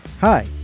Hi